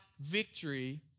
victory